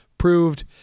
proved